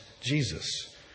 Jesus